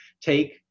take